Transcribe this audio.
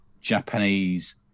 Japanese